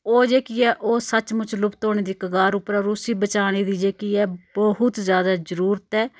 ओह् जेह्की ऐ ओह् सचमुच लुप्त होने दी कगार उप्पर ऐ होर उसी बचाने दी जेह्की ऐ बहुत ज्यादा जरूरत ऐ